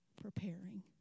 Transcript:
preparing